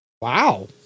wow